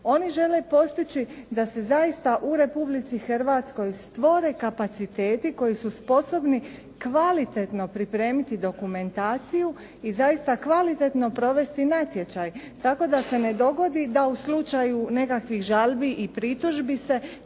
Oni žele postići da se zaista u Republici Hrvatskoj stvore kapaciteti koji su sposobni kvalitetno pripremiti dokumentaciju i zaista kvalitetno provesti natječaj tako da se ne dogodi da u slučaju nekakvih žalbi i pritužbi se